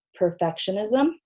perfectionism